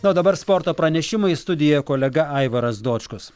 na o dabar sporto pranešimais studijoje kolega aivaras dočkus